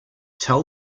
tell